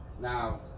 now